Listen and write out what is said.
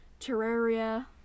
Terraria